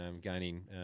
gaining